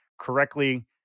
correctly